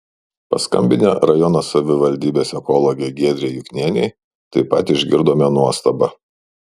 paskambinę rajono savivaldybės ekologei giedrei juknienei taip pat išgirdome nuostabą